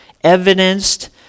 evidenced